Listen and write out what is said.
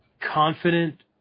confident